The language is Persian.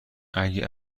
اگه